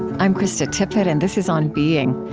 i'm krista tippett, and this is on being.